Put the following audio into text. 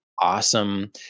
awesome